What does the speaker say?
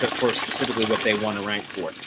but for specifically what they want to rank for.